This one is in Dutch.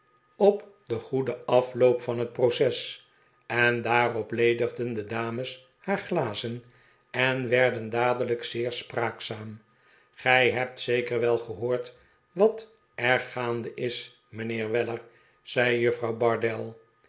op den goeden afloop van het proces en daarop ledigden de dames haar glazen en werden dadelijk zeer spraakzaam gij hebt zeker wel gehoord wat er gaande is mijnheer weller zei juffrouw bardell